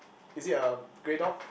is it a grey dog